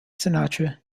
sinatra